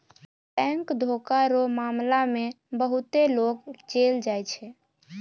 bank धोखा रो मामला मे बहुते लोग जेल जाय छै